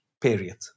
period